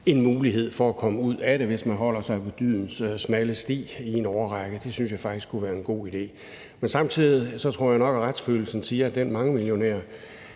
en mulighed for at komme ud af det, hvis man holder sig på dydens smalle sti i en årrække. Det synes jeg faktisk ville være en god idé. Men samtidig tror jeg nok, at det vil være lidt stødende for